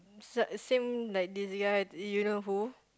sa~ same like this guy you know who